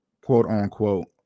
quote-unquote